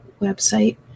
website